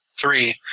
three